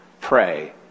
Pray